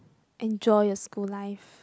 enjoy your school life